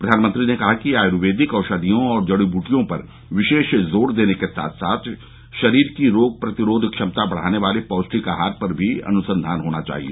प्रधानमंत्री ने कहा कि आयुर्वेदिक औषधियों और जडी बूटियों पर विशेष जोर देने के साथ साथ शरीर की रोग प्रतिरोध क्षमता बढाने वाले पौष्टिक आहार पर भी अनुसंधान होना चाहिए